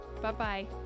Bye-bye